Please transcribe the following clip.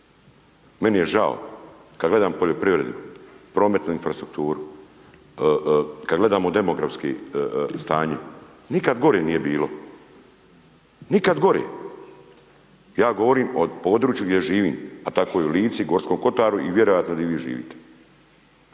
Meni je žao kad gledam poljoprivredu, prometnu infrastrukturu, kad gledam u demografsko stanje, nikad gore nije bilo. Nikad gore. Ja govorim o području gdje živim, a tako je i u Lici i Gorskom kotaru, a vjerojatno gdje vi živite.